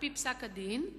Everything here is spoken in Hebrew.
על-פי פסק-הדין,